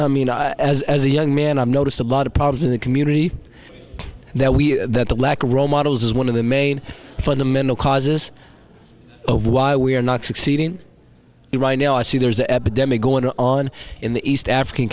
as a young man i've noticed a lot of problems in the community there that the lack of role models is one of the main fundamental causes of why we are not succeeding right now i see there's an epidemic going on in the east african